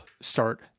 start